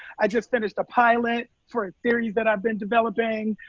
i just finished a pilot for a series that i've been developing.